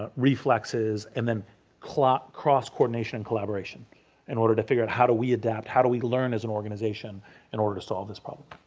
ah reflexes and then cross coordination and collaboration in order to figure out how do we adapt, how do we learn as an organization in order to solve this problem.